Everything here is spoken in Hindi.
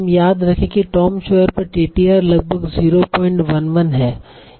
हम याद रखें कि टॉम सॉयर पर टीटीआर लगभग 011 है